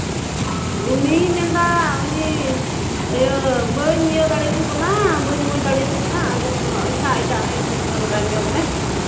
ᱩᱱᱤ ᱢᱮᱱᱫᱟ ᱩᱱᱤ ᱤᱭᱟᱹ ᱵᱟᱹᱧ ᱤᱭᱟᱹ ᱫᱟᱲᱮᱭᱟᱠᱚ ᱠᱟᱱᱟ ᱵᱟᱹᱧ ᱢᱚᱡᱽ ᱫᱟᱲᱮᱭᱟᱠᱚ ᱠᱟᱱᱟ ᱟᱫᱚ ᱟᱪᱪᱷᱟ ᱮᱴᱟᱜ ᱨᱮ ᱪᱮᱥᱴᱟ ᱞᱟᱜᱟᱭ ᱢᱮ ᱵᱚᱞᱮ